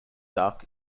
duck